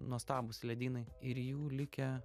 nuostabūs ledynai ir jų likę